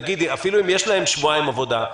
נגיד אפילו אם יש להם שבועיים עבודה,